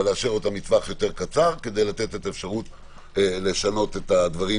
אבל לאשר לטווח יותר קצר כדי לתת אפשרות לשנות את הדברים